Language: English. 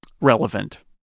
relevant